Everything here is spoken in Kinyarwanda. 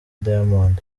diamond